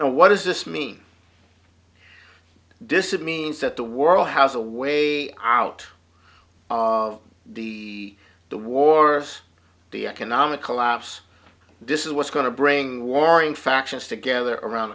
and what does this mean this is me is that the world has a way out of the the wars the economic collapse this is what's going to bring warring factions together around